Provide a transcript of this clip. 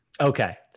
Okay